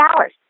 hours